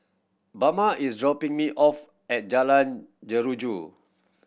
Bama is dropping me off at Jalan Jeruju